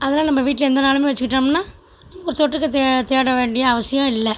அதெல்லாம் நம்ப வீட்டில் எந்த நாளும் வச்சுக்கிட்டோம்னா ஒரு தொட்டுக்க தேட வேண்டிய அவசியம் இல்லை